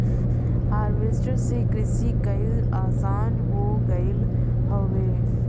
harvester से किरसी कईल आसान हो गयल हौवे